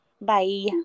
Bye